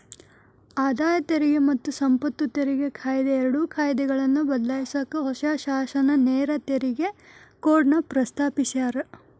ಆದಾಯ ತೆರಿಗೆ ಮತ್ತ ಸಂಪತ್ತು ತೆರಿಗೆ ಕಾಯಿದೆ ಎರಡು ಕಾಯ್ದೆಗಳನ್ನ ಬದ್ಲಾಯ್ಸಕ ಹೊಸ ಶಾಸನ ನೇರ ತೆರಿಗೆ ಕೋಡ್ನ ಪ್ರಸ್ತಾಪಿಸ್ಯಾರ